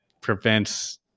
prevents